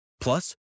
Plus